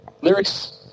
lyrics